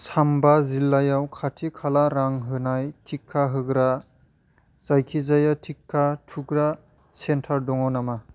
साम्बा जिल्लायाव खाथि खाला रां होनाय टिका होग्रा जायखिजाया टिका थुग्रा सेन्टार दङ नामा